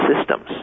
systems